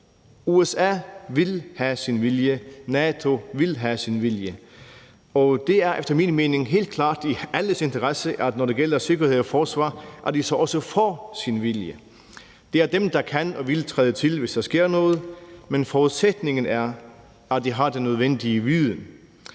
USA vil have sin vilje, NATO vil have sin vilje. Og det er efter min mening helt klart i alles interesse, at når det gælder sikkerhed og forsvar, får de også deres vilje. Det er dem, der kan og vil træde til, hvis der sker noget, men forudsætningen er, at de har den nødvendige viden.